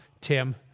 Tim